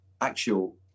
actual